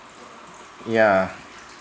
yeah